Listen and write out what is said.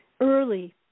early